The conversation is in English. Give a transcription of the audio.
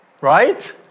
Right